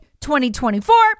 2024